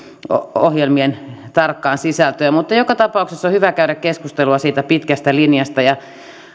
ohjelmien tarkkaan sisältöön mutta joka tapauksessa on hyvä käydä keskustelua siitä pitkästä linjasta